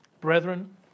Brethren